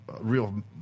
real